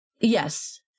Yes